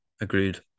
Agreed